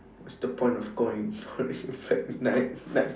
what's the point of going for fortnite ~nite